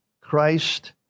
Christ